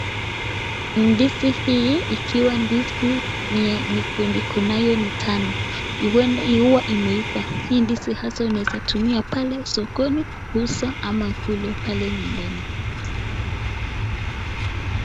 Ndizi hii ikiwa ndizi yenye ikonayo ni tano huenda huwa imeiva, hii ndizi haswa unaweza tumia pale sokoni kuuza ama kula pale nyumbani.